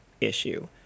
issue